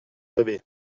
rêver